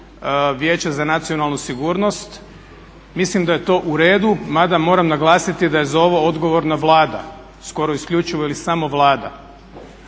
Vijeće za nacionalnu sigurnost. Mislim da je to u redu, mada moram naglasiti da je za ovo odgovorna Vlada skoro isključivo ili samo Vlada,